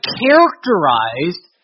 characterized